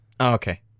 okay